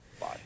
Bye